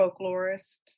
folklorists